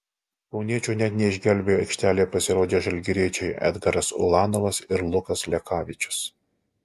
kauniečių net neišgelbėjo aikštėje pasirodę žalgiriečiai edgaras ulanovas ir lukas lekavičius